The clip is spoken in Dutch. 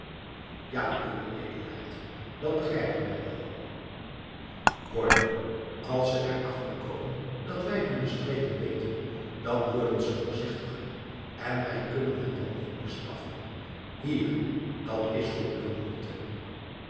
ja uwe edelheid dat begrijpen wij wel hoor nu als ze er achter komen dat wij hunne streken weten dan worden ze voorzichtiger en wij kunnen hen dan niet meer straffen hier dat is voor uwe moeite